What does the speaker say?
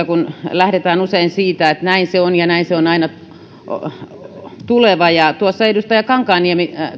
kun lähdetään usein siitä että näin se on ja näin se on aina oleva ja kun tuossa edustaja kankaanniemi